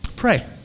pray